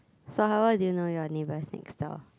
so how well do you know your neighbours next door